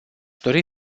dori